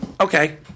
Okay